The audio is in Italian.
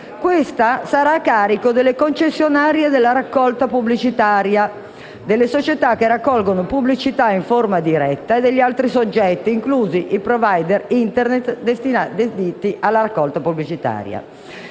Questa sarà a carico delle concessionarie della raccolta pubblicitaria, delle società che raccolgono pubblicità in forma diretta e degli altri soggetti, inclusi i *provider* Internet, dediti alla raccolta pubblicitaria.